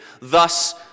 Thus